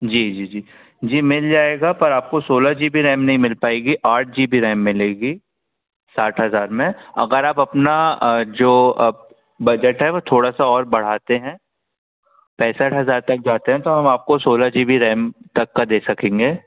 जी जी जी जी मिल जाएगा पर आपको सोलह जी बी रैम नहीं मिल पाएगी आठ जी बी रैम मिलेगी साठ हज़ार में अगर आप अपना जो आप बजट है वह थोड़ा सा और बढ़ाते हैं पैंसठ हज़ार तक जाते हैं तो हम आपको सोलह जी बी रैम तक का दे सकेंगे